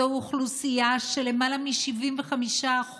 זוהי אוכלוסייה שלמעלה מ-75%